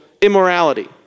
immorality